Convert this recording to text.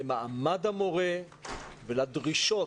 למעמד המורה ולדרישות,